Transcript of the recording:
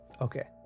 Okay